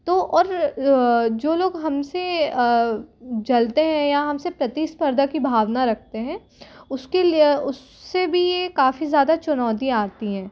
तो और जो लोग हम से जलते हैं या हम से प्रतिस्पर्धा की भावना रखते हैं उसके लिए उससे भी ये काफ़ी ज़्यादा चुनौतियाँ आती हैं